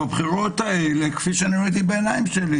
בבחירות האלה, כפי שראיתי בעיניים שלי